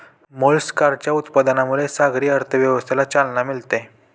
मोलस्काच्या उत्पादनामुळे सागरी अर्थव्यवस्थेला चालना मिळते